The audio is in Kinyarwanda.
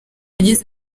yagize